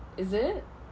is it